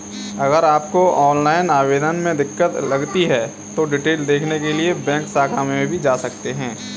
अगर आपको ऑनलाइन में दिक्कत लगती है तो डिटेल देखने के लिए बैंक शाखा में भी जा सकते हैं